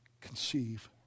conceive